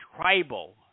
tribal